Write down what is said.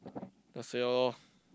just say out lor